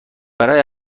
برای